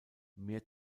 mehr